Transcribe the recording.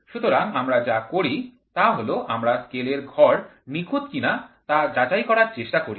সুতরাং আমরা যা করি তা হল আমরা স্কেলের ঘর নিখুঁত কিনা তা যাচাই করার চেষ্টা করি